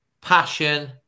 passion